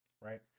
right